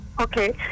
Okay